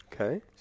Okay